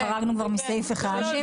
ב-(1)